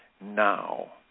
now